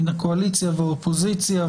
מהקואליציה והאופוזיציה,